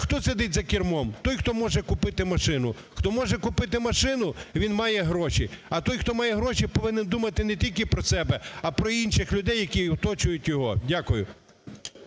хто сидить за кермом? Той, хто може купити машину. Хто може купити машину, він має гроші. А той, хто має гроші, повинен думати не тільки про себе, а про інших людей, які оточують його. Дякую.